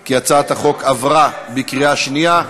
כי הצעת החוק עברה בקריאה שנייה.